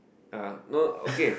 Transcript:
uh no okay